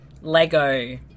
Lego